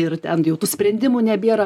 ir ten jau tų sprendimų nebėra